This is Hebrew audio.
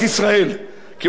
כמו בזמן דוד המלך,